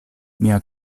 mia